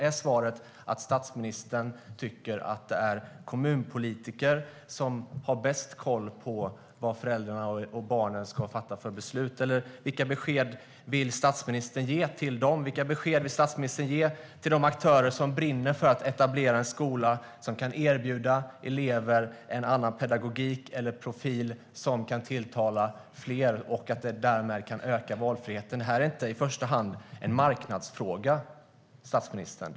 Är svaret att statsministern tycker att det är kommunpolitiker som har bäst koll på vad föräldrarna och barnen ska fatta för beslut? Eller vilka besked vill statsministern ge till dem? Vilka besked vill statsministern ge till de aktörer som brinner för att etablera en skola som kan erbjuda elever en annan pedagogik eller profil, som kan tilltala fler och som därmed kan öka valfriheten? Det här är inte i första hand en marknadsfråga, statsministern.